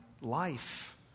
life